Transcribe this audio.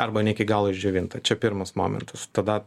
arba ne iki galo išdžiovintą čia pirmas momentas tada